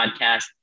Podcast